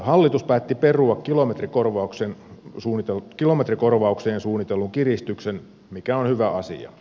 hallitus päätti perua kilometrikorvaukseen suunnitellun kiristyksen mikä on hyvä asia